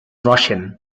russian